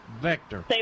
vector